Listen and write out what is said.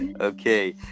Okay